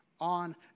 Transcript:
on